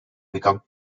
become